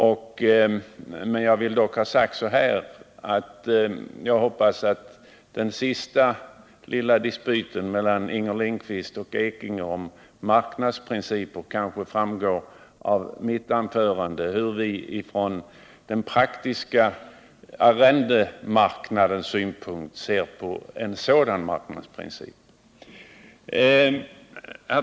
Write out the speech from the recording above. När det gäller den senaste lilla dispyten mellan Inger Lindquist och Bernt Ekinge om marknadsprincipen hoppas jag att det framgår av mitt anförande hur vi från den praktiska arrendemarknadens synpunkt ser på en sådan princip.